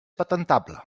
patentable